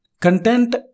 content